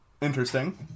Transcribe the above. interesting